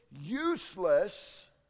useless